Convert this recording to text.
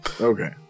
okay